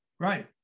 Right